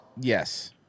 Yes